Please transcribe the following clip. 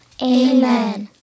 Amen